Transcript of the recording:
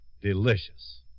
delicious